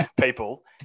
people